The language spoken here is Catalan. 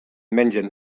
mengen